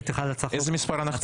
איזה מספר אנחנו?